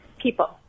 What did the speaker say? people